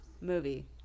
movie